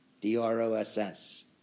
D-R-O-S-S